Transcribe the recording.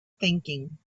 thinking